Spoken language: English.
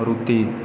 Maruti